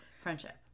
friendship